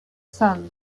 sun